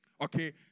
Okay